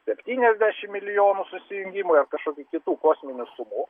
septyniasdešim milijonų susijungimui ar kažkokių kitų kosminių sumų